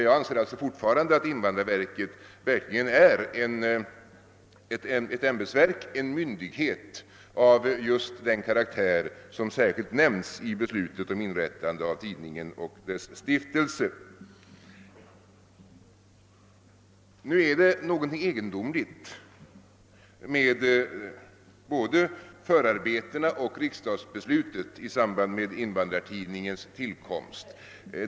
Jag anser alltså fortfarande att invandrarverket är ett ämbetsverk eller en myndighet av just den karaktär som särskilt nämnts i beslutet om inrättandet av tidningen och dess stiftelse. Det är emellertid något egendomligt både med förarbetena till och med riksdagsbeslutet om Invandrartidningens tillkomst.